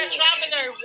Traveler